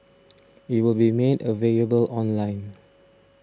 it will be made available online